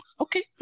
okay